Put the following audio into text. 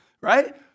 Right